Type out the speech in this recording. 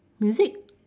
music